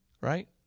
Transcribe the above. Right